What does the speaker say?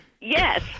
Yes